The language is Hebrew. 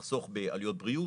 בסוף נחסוך בעלויות בריאות,